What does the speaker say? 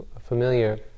familiar